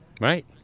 Right